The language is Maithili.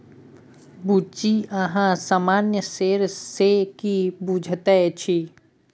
बुच्ची अहाँ सामान्य शेयर सँ की बुझैत छी?